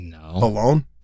alone